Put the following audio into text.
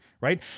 right